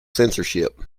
censorship